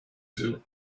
two